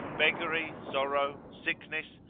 beggary, sorrow, sickness,